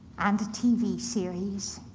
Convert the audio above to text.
and a tv series.